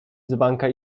dzbanka